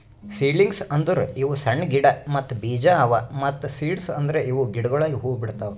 seedlings ಅಂದುರ್ ಇವು ಸಣ್ಣ ಗಿಡ ಮತ್ತ್ ಬೀಜ ಅವಾ ಮತ್ತ ಸೀಡ್ಸ್ ಅಂದುರ್ ಇವು ಗಿಡಗೊಳಾಗಿ ಹೂ ಬಿಡ್ತಾವ್